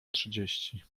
trzydzieści